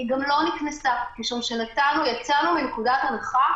היא גם לא נקנסה משום שיצאנו מנקודת הנחה